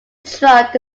truck